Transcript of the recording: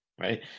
right